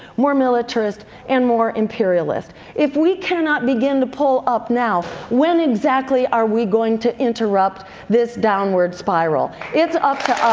more militaristic and more imperialist. if we cannot begin to pull up now, when exactly are we going to interrupt this downward spiral? it's up to